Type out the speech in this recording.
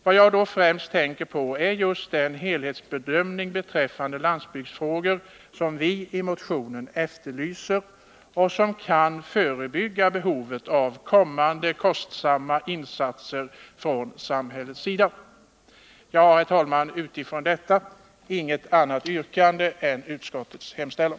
Vad jag då främst tänker på är just den helhetsbedömning av landsbygdsfrågorna som vi i motionen efterlyser och som kan förebygga behovet av kommande kostsamma insatser från samhällets sida. Jag har, herr talman, från denna utgångspunkt inget annat yrkande än om bifall till utskottets hemställan.